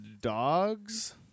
Dogs